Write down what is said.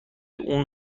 اون